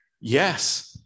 Yes